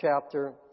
chapter